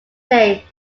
day